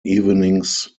evenings